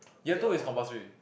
year two is compulsory